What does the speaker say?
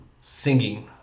singing